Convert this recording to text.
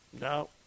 No